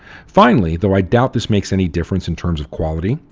finally, though i doubt this makes any difference in terms of quality,